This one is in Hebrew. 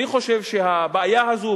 אני חושב שהבעיה הזאת,